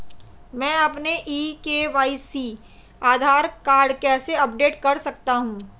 मैं अपना e KYC Aadhaar card कैसे अपडेट कर सकता हूँ?